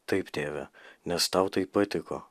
taip tėve nes tau tai patiko